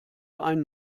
einen